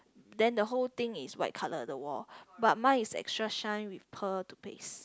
then the whole thing is white colour the wall but mine is extra shine with pearl toothpaste